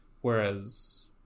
Whereas